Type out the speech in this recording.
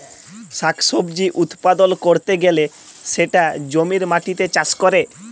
শাক সবজি উৎপাদল ক্যরতে গ্যালে সেটা জমির মাটিতে চাষ ক্যরে